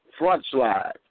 frontslide